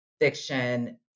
fiction